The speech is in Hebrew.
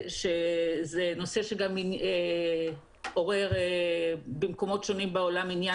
שזה נושא שגם עורר במקומות שונים בעולם עניין